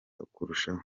kurushaho